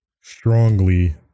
strongly